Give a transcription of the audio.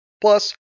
Plus